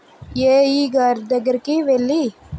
AE గారి దగ్గరికి వెళ్ళి